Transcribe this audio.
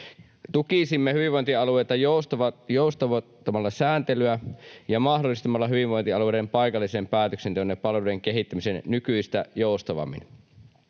Tukisimme hyvinvointialueita joustavoittamalla sääntelyä ja mahdollistamalla hyvinvointialueiden paikallisen päätöksenteon ja palveluiden kehittämisen nykyistä joustavammin.